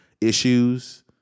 issues